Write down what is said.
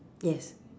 yes